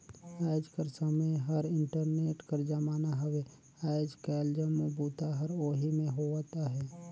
आएज कर समें हर इंटरनेट कर जमाना हवे आएज काएल जम्मो बूता हर ओही में होवत अहे